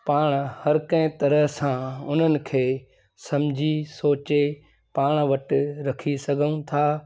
पाण हर कंहिं तरह सां उन्हनि खे समुझी सोचे पाण वटि रखी सघूं था